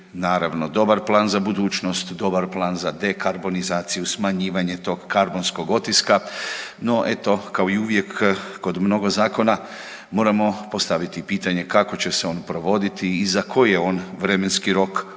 iščitati dobar plan za budućnost, dobar plan za dekarbonizaciju, smanjivanje tog karbonskog otiska, no eto kao i uvijek kod mnogo zakona moramo postaviti pitanje kako će se on provoditi i za koji je on vremenski rok u